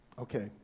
Okay